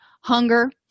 hunger